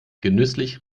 genüsslich